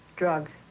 drugs